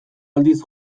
aldiz